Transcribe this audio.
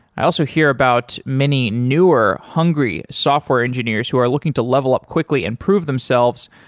i also hear about many newer hungry software engineers who are looking to level up quickly and prove themselves,